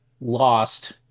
lost